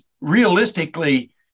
realistically